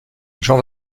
jean